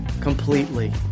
Completely